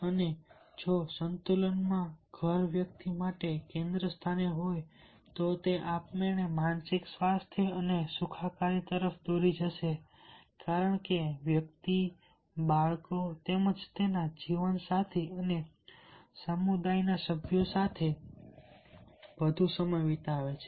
અને જો સંતુલનમાં જો ઘર વ્યક્તિઓ માટે કેન્દ્રસ્થાને હોય તો તે આપમેળે માનસિક સ્વાસ્થ્ય અને સુખાકારી તરફ દોરી જશે કારણ કે વ્યક્તિ બાળકો તેમજ તેના જીવનસાથી અને સમુદાયના સભ્યો સાથે વધુ સમય વિતાવે છે